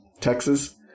Texas